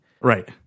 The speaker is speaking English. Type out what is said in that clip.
right